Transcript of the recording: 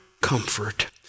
comfort